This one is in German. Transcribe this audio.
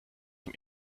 dem